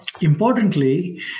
importantly